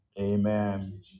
amen